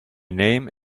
name